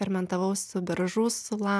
fermentavau su beržų sula